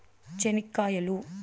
చెనిక్కాయలు